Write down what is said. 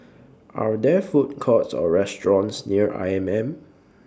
Are There Food Courts Or restaurants near I M M